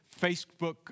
Facebook